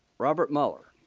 robert mueller